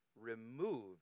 remove